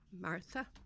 Martha